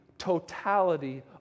totality